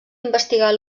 investigar